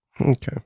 okay